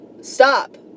Stop